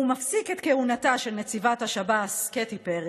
הוא מפסיק את כהונתה של נציבת השב"ס קטי פרי